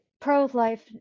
pro-life